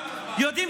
אני אספר לכם סוד.